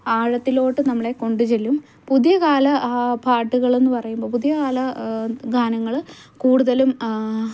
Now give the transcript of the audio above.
ആഴത്തിലോട്ട് നമ്മളെ കൊണ്ടുചെല്ലും പുതിയ കാല പാട്ടുകൾ എന്ന് പറയുമ്പോൾ പുതിയകാല ഗാനങ്ങൾ കൂടുതലും